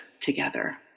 together